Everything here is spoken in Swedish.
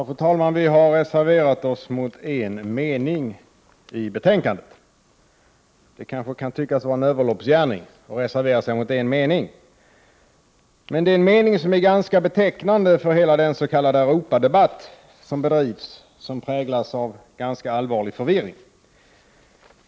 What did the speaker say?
Fru talman! Vi reserverar oss mot en mening i betänkandet. Det kanske kan tyckas vara en överloppsgärning att reservera sig mot en mening. Men den meningen är ganska betecknande för hela den s.k. Europadebatt som Prot. 1988/89:45 bedrivs och som präglas av ganska allvarlig förvirring.